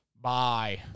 bye